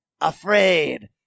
Afraid